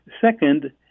Second